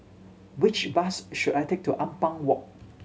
which bus should I take to Ampang Walk